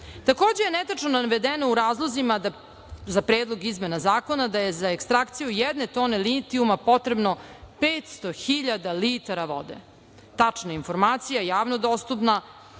je netačno navedeno u razlozima za Predlog izmena Zakona da je za ekstrakciju jedne tone litijuma potrebno 500.000 litara vode. Tačna informacija je javno dostupna,